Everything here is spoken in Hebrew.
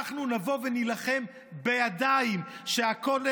אנחנו נבוא ונילחם בידיים כדי שהכותל